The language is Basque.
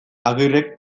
agirrek